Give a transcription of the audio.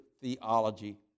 theology